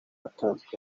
atanzwe